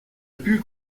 put